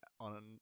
on